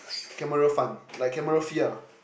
camera fund like camera fee ah